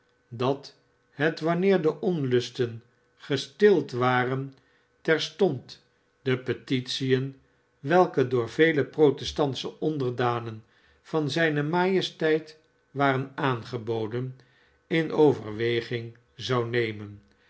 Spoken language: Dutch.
dat het wanneer de onlusten gestild waren terstond de petitien welke door vele protestantsche onderdanen van zijne majesteit waren aangeboden in overweging zou nemen